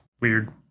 Weird